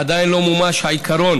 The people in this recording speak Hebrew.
עדיין לא מומש העיקרון